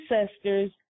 ancestors